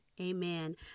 amen